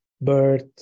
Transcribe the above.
birth